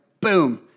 Boom